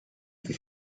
que